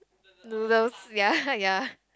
noodles ya ya